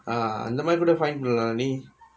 ah அந்த மாரி கூட:antha maari kuda find பண்ணுலா நீ:pannula nee